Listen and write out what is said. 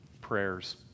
prayers